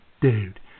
Dude